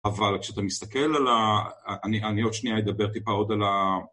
אבל כשאתה מסתכל על ה... אני עוד שנייה אדבר טיפה עוד על ה...